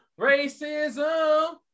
racism